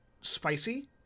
spicy